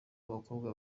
w’abakobwa